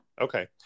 Okay